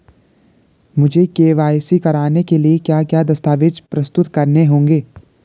मुझे के.वाई.सी कराने के लिए क्या क्या दस्तावेज़ प्रस्तुत करने होंगे?